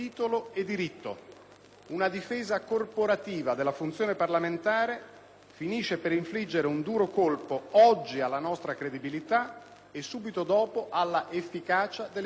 Una difesa corporativa della funzione parlamentare finisce per infliggere un duro colpo oggi alla nostra credibilità e subito dopo alla efficacia delle misure che adottiamo.